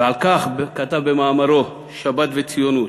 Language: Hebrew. ועל כך כתב במאמרו "שבת וציונות":